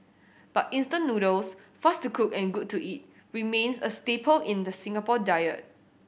but instant noodles fast to cook and good to eat remains a staple in the Singapore diet